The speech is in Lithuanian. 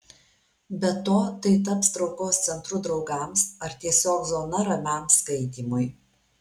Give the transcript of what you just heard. be to tai tai taps traukos centru draugams ar tiesiog zona ramiam skaitymui